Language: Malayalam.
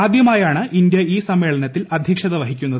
ആദ്യമായാണ് ഇന്ത്യ ഈ സമ്മേളനത്തിൽ അധ്യക്ഷത വഹിക്കുന്നത്